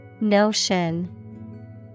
Notion